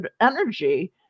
energy